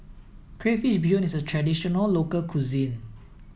Crayfish Beehoon is a traditional local cuisine